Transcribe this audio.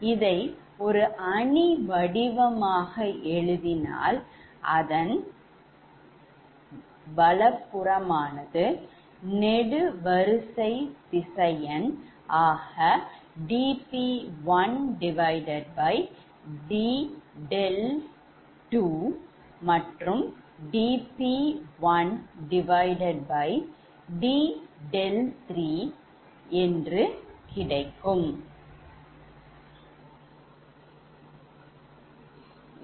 இதை அணி வடிவமாகஎழுதினால் அதன் வலப்புறம் நெடுவரிசை திசையன் ஆக dP1dɗ2dP1dɗ3 இவ்வாறு கிடைக்கும்